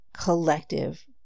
collective